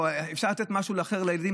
אפשר לתת משהו אחר לילדים?